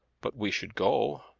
but we should go?